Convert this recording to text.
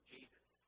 Jesus